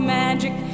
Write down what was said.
magic